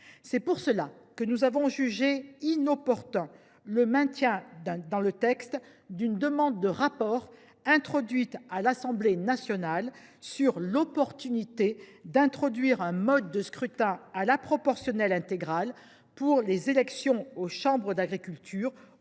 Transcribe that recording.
Voilà pourquoi nous avons jugé inutile de maintenir dans le texte une demande de rapport, prévue par l’Assemblée nationale, sur l’opportunité d’introduire un mode de scrutin à la proportionnelle intégrale pour les élections aux chambres d’agriculture,